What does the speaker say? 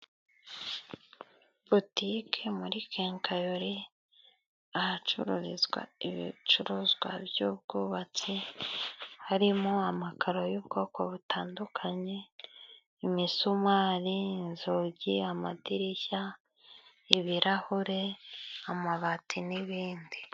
Butiki muri kenkayori ahacururizwa ibicuruzwa by'ubwubatsi, harimo amakaro y'ubwoko butandukanye, imisumari, inzugi, amadirishya ibirahure amabati n'ibindi.